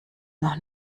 noch